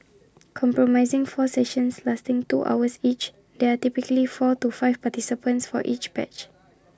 comprising four sessions lasting two hours each there are typically four to five participants for each batch